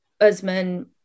Usman